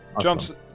Jumps